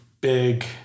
big